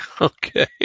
Okay